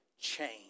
change